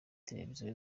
televiziyo